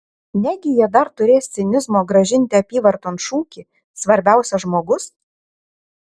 negi jie dar turės cinizmo grąžinti apyvarton šūkį svarbiausia žmogus